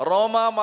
Roma